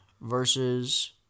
versus